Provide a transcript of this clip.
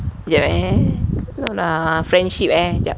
jap eh no lah friendship jap